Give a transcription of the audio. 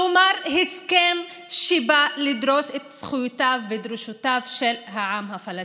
כלומר הסכם שבא לדרוס את זכויותיו ודרישותיו של העם הפלסטיני.